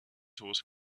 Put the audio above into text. horse